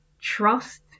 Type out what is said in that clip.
trust